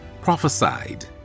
prophesied